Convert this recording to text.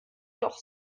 doch